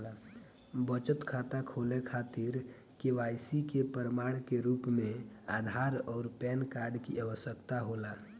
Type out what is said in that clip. बचत खाता खोले खातिर के.वाइ.सी के प्रमाण के रूप में आधार आउर पैन कार्ड की आवश्यकता होला